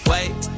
Wait